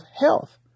health